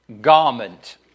garment